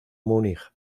munich